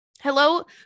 Hello